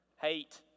hate